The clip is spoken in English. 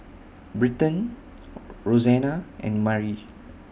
Britton Roxanna and Mari